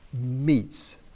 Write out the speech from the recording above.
meets